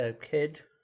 kid